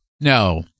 No